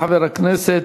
חבר הכנסת